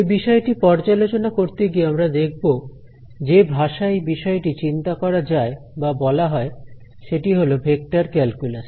এই বিষয়টি পর্যালোচনা করতে গিয়ে আমরা দেখব যে ভাষায় এই বিষয়টি চিন্তা করা যায় বা বলা হয় সেটি হল ভেক্টর ক্যালকুলাস